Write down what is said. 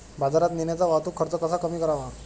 बाजारात नेण्याचा वाहतूक खर्च कसा कमी करावा?